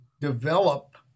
develop